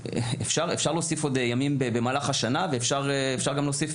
אפשר להוסיף עוד ימים במהלך השנה ואפשר גם להוסיף